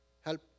Help